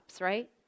right